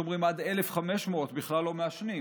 יש אומרים עד 1,500, בכלל לא מעשנים,